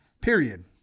Period